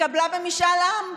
התקבלה במשאל עם.